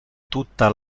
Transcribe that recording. tutta